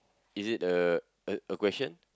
is it a a a question